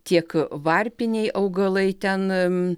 tiek varpiniai augalai ten